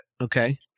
Okay